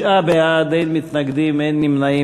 תשעה בעד, אין מתנגדים, אין נמנעים.